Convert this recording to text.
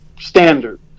standard